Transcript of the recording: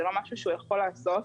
זה לא משהו שהוא יכול לעשות